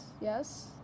yes